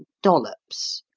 dollops.